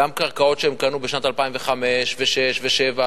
גם קרקעות שהם קנו בשנת 2005 ו-2006 ו-2007,